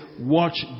watch